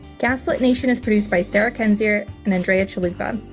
gaslit nation is produced by sarah kendzoir and andrea chalupa.